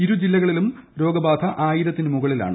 ഇരു ജില്ല്കളിലും രോഗബാധ ആയിരത്തിന് മുകളിലാണ്